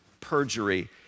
Perjury